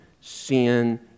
sin